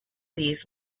these